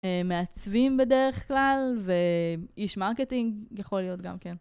מעצבים בדרך כלל, ואיש מרקטינג יכול להיות גם כן.